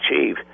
achieve